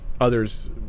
others